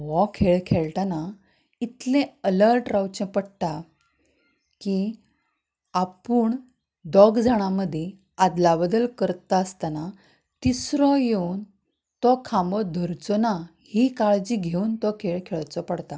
हो खेळ खेळटना इतलें अलर्ट रावचें पडटा की आपूण दोग जाणां मदीं आदला बदल करता आसतना तिसरो योवन तो खांबो धरचो ना ही काळजी घेवन तो खेळ खेळचो पडटा